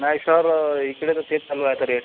नाही सर इकडे तर तेच चालू आहे आता रेट